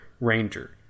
ranger